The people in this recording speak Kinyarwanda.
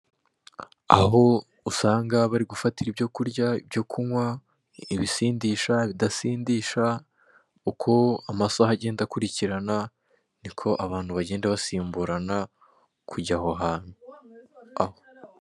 Aho usanga bari gufatira ibyo kurya, ibyo kunywa, ibisindisha, ibidasindisha, uko amasaha agenda akurikirana niko abantu bagenda bakurikirana kujya aho hantu.